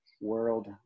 world